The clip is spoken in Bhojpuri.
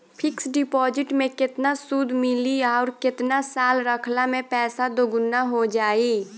फिक्स डिपॉज़िट मे केतना सूद मिली आउर केतना साल रखला मे पैसा दोगुना हो जायी?